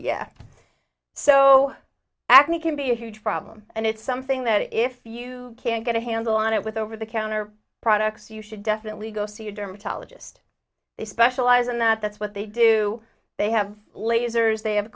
yeah so acne can be a huge problem and it's something that if you can't get a handle on it with over the counter products you should definitely go see a dermatologist they specialize in that that's what they do they have lasers they have